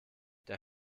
der